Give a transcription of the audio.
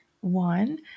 one